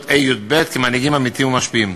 ה' י"ב כמנהיגים "עמיתים ומשפיעים".